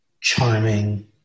charming